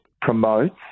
promotes